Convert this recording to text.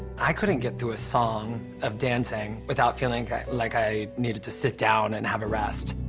i couldn't get through a song of dancing without feeling like i needed to sit down and have a rest.